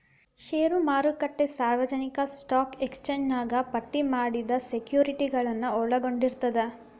ಷೇರು ಮಾರುಕಟ್ಟೆ ಸಾರ್ವಜನಿಕ ಸ್ಟಾಕ್ ಎಕ್ಸ್ಚೇಂಜ್ನ್ಯಾಗ ಪಟ್ಟಿ ಮಾಡಿದ ಸೆಕ್ಯುರಿಟಿಗಳನ್ನ ಒಳಗೊಂಡಿರ್ತದ